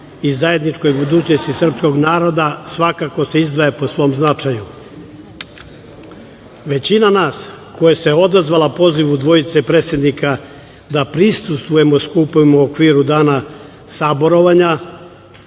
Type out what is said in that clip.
i zajedničkoj budućnosti srpskog naroda svakako se izdvaja po svom značaju. Većina nas koja se odazvala pozivu dvojice predsednika da prisustvujemo skupovima u okviru dana saborovanja,